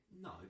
No